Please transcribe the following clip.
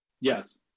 Yes